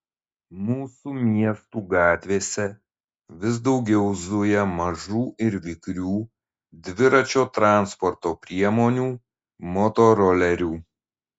mūsų miestų gatvėse vis daugiau zuja mažų ir vikrių dviračių transporto priemonių motorolerių